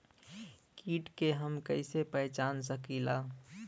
कीट के हम कईसे पहचान सकीला